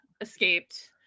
escaped